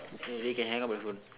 okay we can hang up the phone